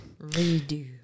Redo